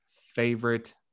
favorite